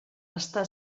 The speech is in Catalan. està